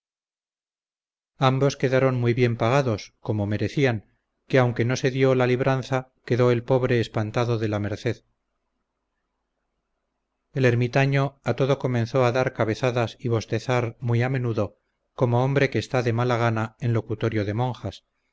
ambos quedaron muy bien pagados como merecían que aunque no se dió la libranza quedó el pobre espantado de la merced el ermitaño a todo comenzó a dar cabezadas y bostezar muy a menudo como hombre que está de mala gana en locutorio de monjas